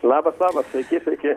labas labas sveiki sveiki